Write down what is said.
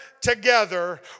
together